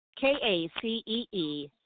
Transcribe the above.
K-A-C-E-E